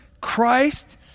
Christ